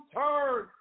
turn